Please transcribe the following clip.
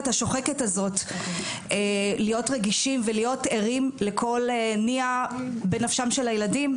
השוחקת הזאת להיות רגישים ולהיות ערים לכל ניע בנפשם של הילדים?